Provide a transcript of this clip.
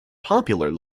popular